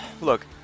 look